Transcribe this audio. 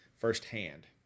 firsthand